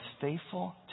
faithful